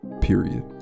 period